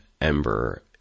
Ember